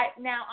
Now